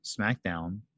SmackDown